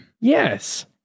yes